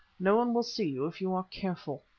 no one will see you if you are careful.